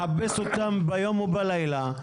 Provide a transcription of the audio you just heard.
לחפש אותם ביום ובלילה,